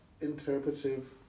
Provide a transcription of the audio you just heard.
interpretive